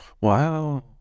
wow